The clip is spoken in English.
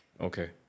Okay